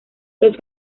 los